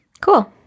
Cool